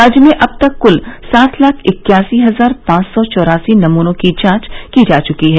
राज्य में अब तक कुल सात लाख इक्यासी हजार पांव सौ चौरासी नमूनों की जांच की जा चुकी है